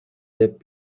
деп